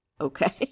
Okay